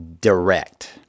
direct